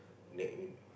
that in